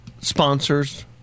sponsors